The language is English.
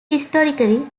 historically